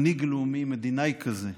מנהיג לאומי מדינאי כזה,